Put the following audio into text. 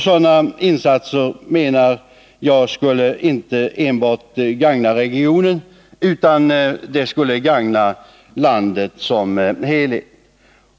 Sådana insatser skulle inte enbart gagna regionen, utan de skulle gagna landet som helhet.